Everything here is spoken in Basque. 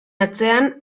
atzean